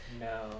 No